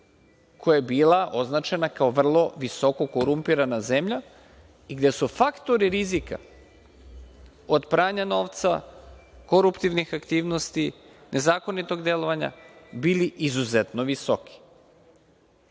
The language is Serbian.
koja je bila označena kao vrlo visoko korumpirana zemlja i gde su faktori rizika, od pranja novca, koruptivnih aktivnosti, nezakonitog delovanja, bili izuzetno visoki?